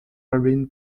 robin